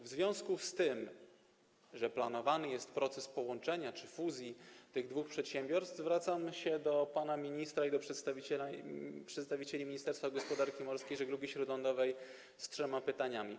W związku z tym, że planowany jest proces połączenia czy fuzji tych dwóch przedsiębiorstw, zwracam się do pana ministra i do przedstawicieli Ministerstwa Gospodarki Morskiej i Żeglugi Śródlądowej z trzema pytaniami.